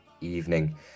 evening